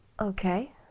Okay